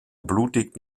blutig